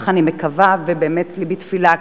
כך אני מקווה ובאמת לבי תפילה,